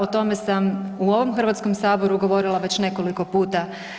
O tome sam u ovoj Hrvatskome saboru govorila već nekoliko puta.